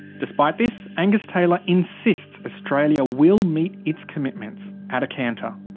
despite this, angus taylor insists australia will meet its commitments at a canter.